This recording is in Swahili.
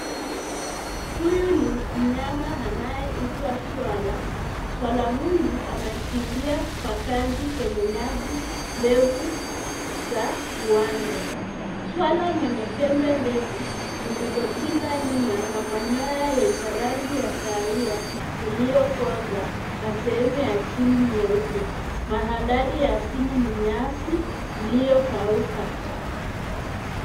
Huyu ni mnyama anayeitwa swara. Swara huyu anakimbia kwa kasi kwenye nyasi ndefu za uwanja. Swara mwenye pembe ndefu zilizopinda nyuma na manyoya yenye rangi ya kahawia iliyokoza na sehemu ya chini nyeupe. Mandhari ya chini ni nyasi iliyokauka.